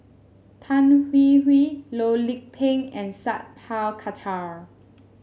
Tan Hwee Hwee Loh Lik Peng and Sat Pal Khattar